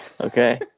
Okay